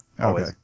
Okay